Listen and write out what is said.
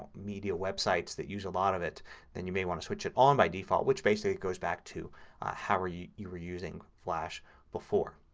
um media websites that use a lot of it then you might want to switch it on by default which basically goes back to how you you were using flash before.